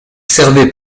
servait